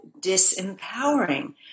disempowering